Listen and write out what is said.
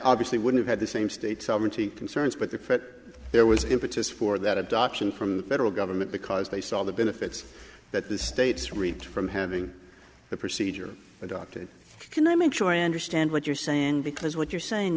obviously wouldn't have the same state sovereignty concerns but the foot there was impetus for that adoption from the federal government because they saw the benefits that the states read from having the procedure adopted can i make sure i understand what you're saying because what you're saying